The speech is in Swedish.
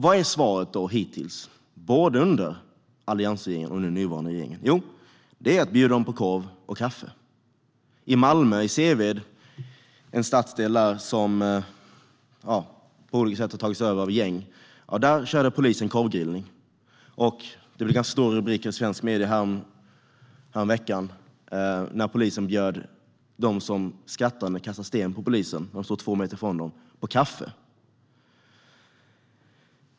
Vad är då svaret hittills, både från den tidigare alliansregeringen och den nuvarande regeringen? Jo, det är att bjuda på korv och kaffe. I Seved i Malmö, en stadsdel som på olika sätt har tagits över av gäng, körde polisen korvgrillning. Det blev också ganska stora rubriker i svenska medier häromveckan när polisen bjöd på kaffe till dem som skrattande stod två meter därifrån och kastade sten på polisen.